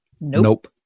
nope